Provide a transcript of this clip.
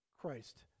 Christ